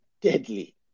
deadly